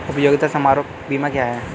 उपयोगिता समारोह बीमा क्या है?